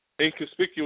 Inconspicuous